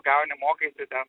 gauni mokaisi ten